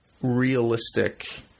realistic